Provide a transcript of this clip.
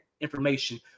information